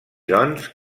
doncs